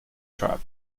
trap